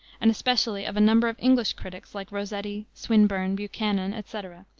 and especially of a number of english critics like rossetti, swinburne, buchanan, etc,